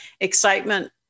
excitement